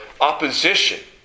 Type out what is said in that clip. opposition